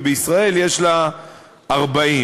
ובישראל יש לה 40,